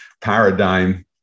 paradigm